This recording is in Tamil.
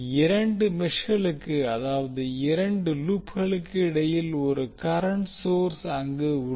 இரண்டு மெஷ்களுக்கு அதாவது இரண்டு லூப்களுக்கு இடையில் ஒரு கரண்ட் சோர்ஸ் இங்கு உள்ளது